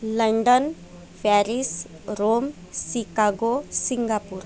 London Paris Rome Chicago Singapore